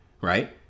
right